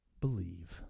believe